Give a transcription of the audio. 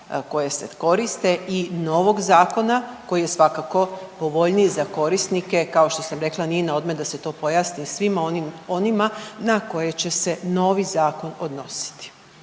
koje se koriste i novog zakona koji je svakako povoljniji za korisnike, kao što sam rekla, nije naodmet da se to pojasni svim onima na koje će se novi zakon odnositi.